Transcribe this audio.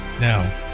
Now